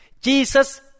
Jesus